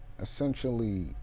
essentially